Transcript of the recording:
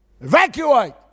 Evacuate